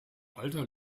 alter